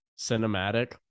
cinematic